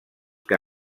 que